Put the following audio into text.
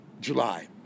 July